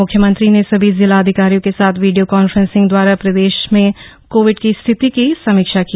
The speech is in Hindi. मुख्यमंत्री ने सभी जिलाधिकारियों के साथ वीडियो कांफ्रेंसिंग दवारा प्रदेश में कोविड की स्थिति की समीक्षा की